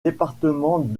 départements